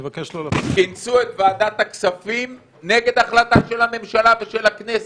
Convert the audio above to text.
כינסו את ועדת הכספים נגד החלטה של הממשלה ושל הכנסת,